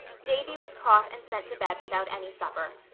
davy was caught and sent to bed without any supper.